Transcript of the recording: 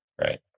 right